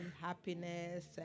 happiness